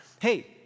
Hey